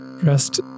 dressed